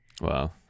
Wow